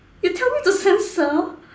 you tell me to censor